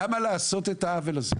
למה לעשות את העוול הזה?